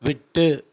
விட்டு